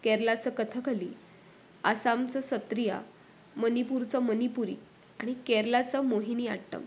केरलाचं कथकली आसामचं सत्रिया मणिपूरचं मणिपुरी आणि केरलाचं मोहिनी अट्टम